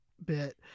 bit